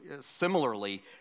similarly